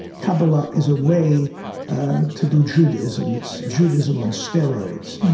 kabbalah as a way to do judaism. it's judaism on steroids.